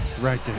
Right